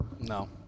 No